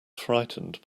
frightened